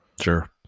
sure